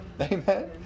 Amen